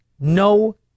no